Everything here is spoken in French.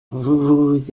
vous